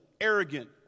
arrogant